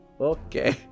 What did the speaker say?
Okay